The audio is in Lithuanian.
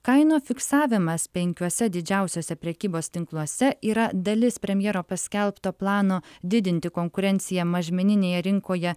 kainų fiksavimas penkiuose didžiausiuose prekybos tinkluose yra dalis premjero paskelbto plano didinti konkurenciją mažmeninėje rinkoje